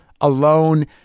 alone